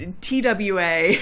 TWA